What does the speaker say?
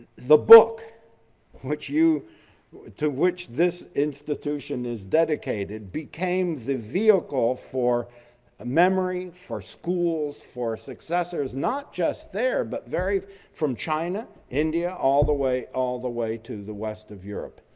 the book which you to which this institution is dedicated became the vehicle for a memory for schools, for successors not just there, but vary from china, india, all the way all the way to the west of europe.